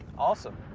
awesome.